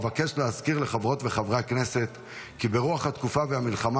אבקש להזכיר לחברות וחברי הכנסת כי ברוח התקופה והמלחמה